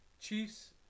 Chiefs